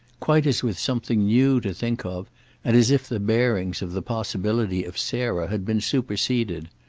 quite as with something new to think of and as if the bearings of the possibility of sarah had been superseded.